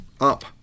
up